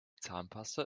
zahnpasta